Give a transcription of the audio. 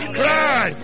cry